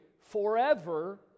forever